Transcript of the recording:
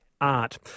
art